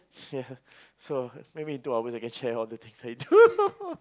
ya so maybe in two hours I can share all the things I do